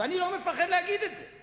ואני לא מפחד להגיד את זה.